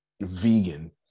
vegan